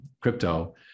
crypto